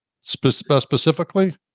specifically